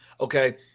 Okay